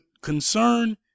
concern